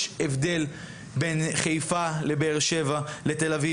יש הבדל בין חיפה, לבאר שבע, לתל אביב.